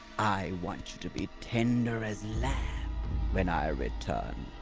i want you to be tender as lamb when i return.